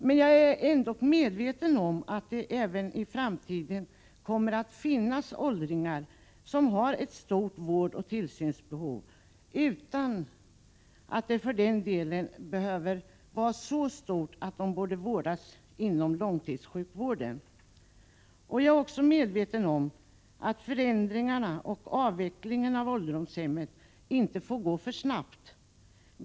Men jag är medveten om att det även i framtiden kommer att finnas åldringar som har stort behov av vård och tillsyn utan att för den delen behöva vårdas inom långtidssjukvården. Jag är också medveten om att förändringarna och avvecklingen av ålderdomshemmen inte får ske för snabbt.